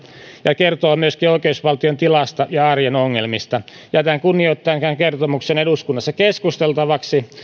ja kertoo myöskin oikeusvaltion tilasta ja arjen ongelmista jätän kunnioittaen tämän kertomuksen eduskunnassa keskusteltavaksi